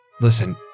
Listen